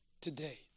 today